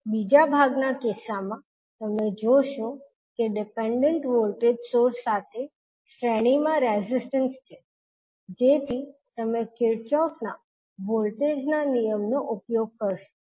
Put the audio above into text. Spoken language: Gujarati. બીજા ભાગના કિસ્સામાં તમે જોશો કે ડિપેન્ડન્ટ વોલ્ટેજ સોર્સ સાથે શ્રેણીમાં રેઝિસ્ટન્સ છે જેથી તમે કિર્ચહોફના વોલ્ટેજના નિયમનો ઉપયોગ કરશો